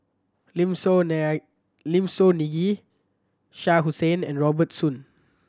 Lim Soo Lim Soo Ngee Shah Hussain and Robert Soon